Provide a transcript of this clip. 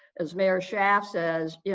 as mayor schaaf says, yeah